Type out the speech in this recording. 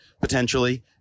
potentially